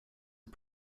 are